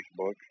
Facebook